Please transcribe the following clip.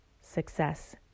success